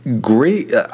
great